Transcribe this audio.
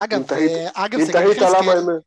אגב, אם תהית, אם תהית למה הם